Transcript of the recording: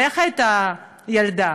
ואיך הייתה הילדה?